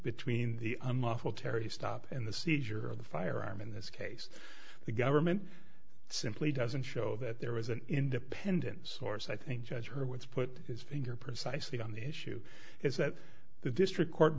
between unlawful terri stop and the seizure of the firearm in this case the government simply doesn't show that there was an independent source i think judge her which put his finger precisely on the issue is that the district court